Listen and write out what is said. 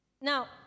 now